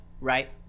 right